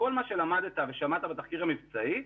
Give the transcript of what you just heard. כל מה שלמדת ושמעת בתחקיר המבצעי,